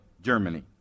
Germany